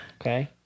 Okay